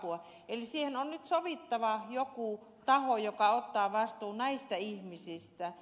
eli siihen on nyt sovittava joku taho joka ottaa vastuun näistä ihmisistä